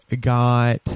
got